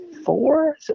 four